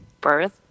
birth